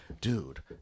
dude